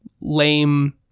lame